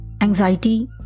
anxiety